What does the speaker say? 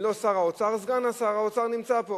אם לא שר האוצר, סגן שר האוצר נמצא פה